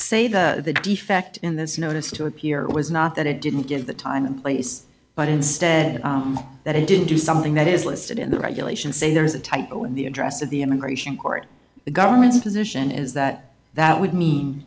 say that the defect in this notice to appear was not that it didn't give the time and place but instead that it didn't do something that is listed in the regulations say there's a typo in the address of the immigration court the government's position is that that would mean